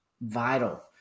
vital